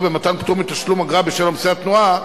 במתן פטור מתשלום אגרה בשל עומסי התנועה,